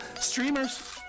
Streamers